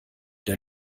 der